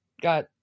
got